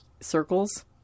circles